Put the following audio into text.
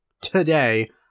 today